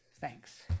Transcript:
Thanks